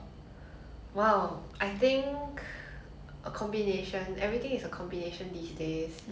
the best of both worlds so 一个 laptop with a big monitor